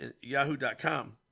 yahoo.com